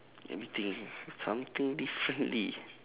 let me think something differently